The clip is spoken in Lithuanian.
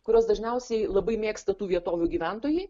kuriuos dažniausiai labai mėgsta tų vietovių gyventojai